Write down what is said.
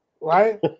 right